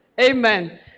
Amen